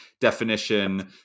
Definition